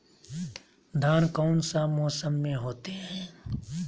धान कौन सा मौसम में होते है?